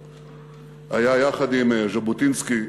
היה יחד עם ז'בוטינסקי,